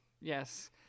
Yes